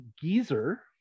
Geezer